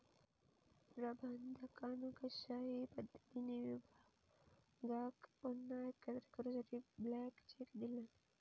प्रबंधकान कशाही पद्धतीने विभागाक पुन्हा एकत्र करूसाठी ब्लँक चेक दिल्यान